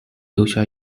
留下